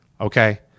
Okay